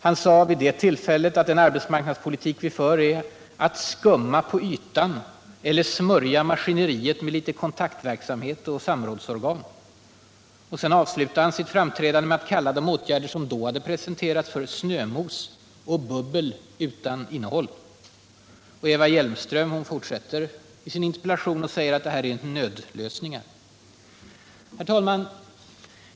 Han sade vid det tillfället att den arbetsmarknadspolitik vi för är att ”sSkumma på ytan” eller ”smörja maskineriet med litet kontaktverksamhet och samrådsorgan”. Sedan avslutade han sitt framträdande med att kalla de åtgärder som då presenterats för ”Snömos” och ”bubbel utan innehåll”. Och Eva Hjelmström fortsätter den linjen i sin interpellation och säger att det här är ”nödlösningar”.